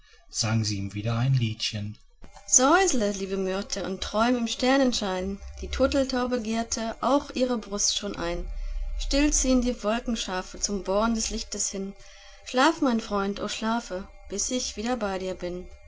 sang sie ihm wieder ein liedchen säusle liebe myrte und träum im sternenschein die turteltaube girrte auch ihre brust schon ein still ziehn die wolkenschafe zum born des lichtes hin schlaf mein freund o schlafe bis ich wieder bei dir bin